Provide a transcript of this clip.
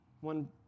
One